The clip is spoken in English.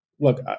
look